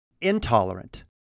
intolerant